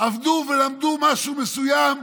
עבדו ולמדו משהו מסוים,